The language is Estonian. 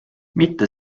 mitte